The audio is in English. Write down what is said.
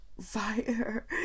fire